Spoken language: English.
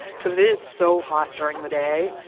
because it is so hot during the day.